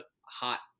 hot